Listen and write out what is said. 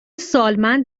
سالمند